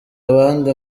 abandi